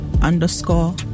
underscore